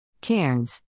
Cairns